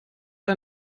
ein